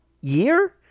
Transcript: year